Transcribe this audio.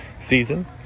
season